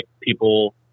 people